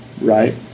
right